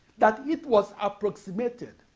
that it was approximating.